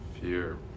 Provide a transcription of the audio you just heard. Fear